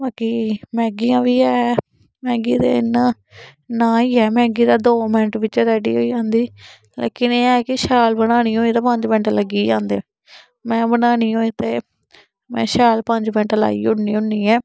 बाकी मैगी दा बी ऐ मैगी ते इ'यां नांऽ ही ऐ मैगी दा दो मैंट बिच्च रैडी होई जंदी लेकिन एह् ऐ कि शैल बनानी होए ते पंज मैंट्ट लग्गी ई जंदे मैं बनानी होए ते मैं शैल पंज मैंट्ट लाई उड़नी हुन्नी आं